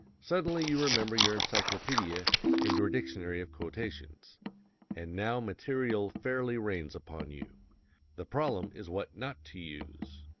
suddenly you remember your encyclopedia and your dictionary of quotations and now material fairly rains upon you the problem is what not to use.